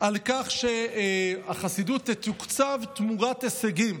על כך שהחסידות תתוקצב תמורת הישגים.